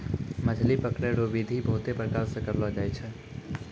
मछली पकड़ै रो बिधि बहुते प्रकार से करलो जाय छै